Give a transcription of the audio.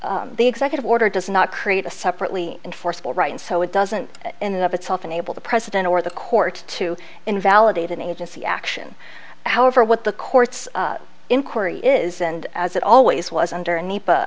not the executive order does not create a separately enforceable right and so it doesn't in and of itself enable the president or the court to invalidate an agency action however what the court's inquiry is and as it always was under